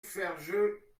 ferjeux